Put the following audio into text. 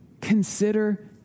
Consider